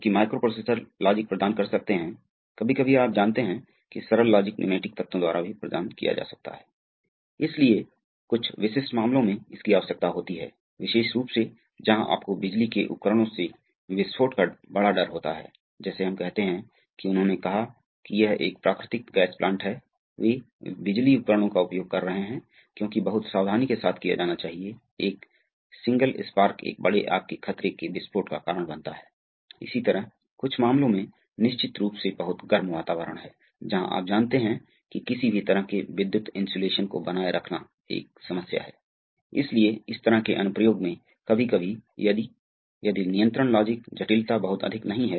कि हम चाहते हैं हम अभी भी रेसिप्रोकेटिंग सर्किट कर रहे हैं लेकिन अब हम अब हम एक रीजनेरेटिव विन्यास चाहते हैं रीजनेरेटिव विन्यास क्या है अतः पहले आप करेंगे आप याद करेंगे कि आपके सभी मामलों में जब आप प्रयास कर रहे हैं सिलेंडर को एक छोर पर ले जाएं मान लें कि आप रॉड को आगे बढ़ाना चाहते हैं अतः आप तरल को कैप एंड में धकेलते हैं और रॉड पर तरल पदार्थ बाहर निकलता है